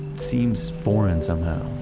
seems foreign somehow.